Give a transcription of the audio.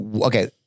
okay